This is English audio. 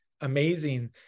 amazing